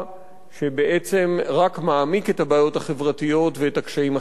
שבעצם רק מעמיק את הבעיות החברתיות ואת הקשיים החברתיים.